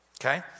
Okay